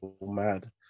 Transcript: mad